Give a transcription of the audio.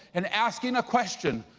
and asking a question,